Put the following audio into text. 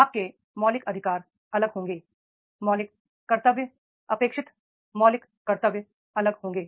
आपके मौलिक अधिकार अलग होंगे मौलिक कर्तव्य अपेक्षित मौलिक कर्तव्य अलग होंगे